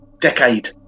decade